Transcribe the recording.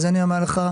אז אני אומר לך,